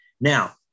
Now